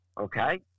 okay